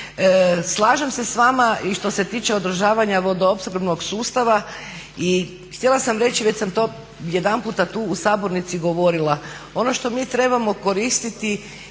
Slažem se s vama i što se tiče održavanja vodoopskrbnog sustava i htjela sam reći, već sam to jedanputa tu u sabornici govorila, ono što mi trebamo koristiti